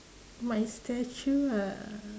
my statue ah